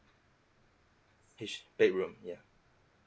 H bedroom yeah